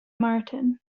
martin